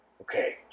Okay